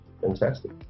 fantastic